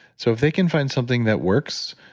so if they can find something that works,